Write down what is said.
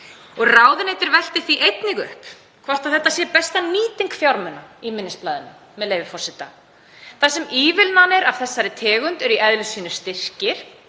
Ráðuneytið velti því einnig upp hvort þetta sé besta nýting fjármuna í minnisblaðinu, með leyfi forseta: „Þar sem ívilnanir af þessari tegund eru í eðli sínu styrkir,